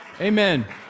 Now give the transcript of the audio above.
Amen